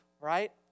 right